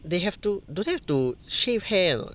they have to don know have to shave hair or not